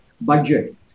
budget